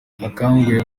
akanguhe